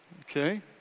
Okay